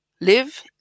live